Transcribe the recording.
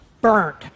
burned